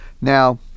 Now